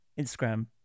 Instagram